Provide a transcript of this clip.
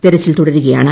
തെരച്ചിൽ ്രുട്രുകയാണ്